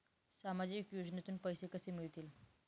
सामाजिक योजनेतून पैसे कसे मिळतील?